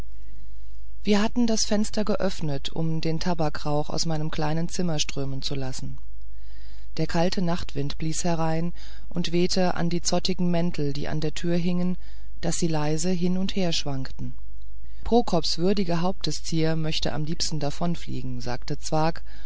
wir hatten das fenster geöffnet um den tabakrauch aus meinem kleinen zimmer strömen zu lassen der kalte nachtwind blies herein und wehte an die zottigen mäntel die an der türe hingen daß sie leise hin und her schwankten prokops würdige haupteszierde möchte am liebsten davonfliegen sagte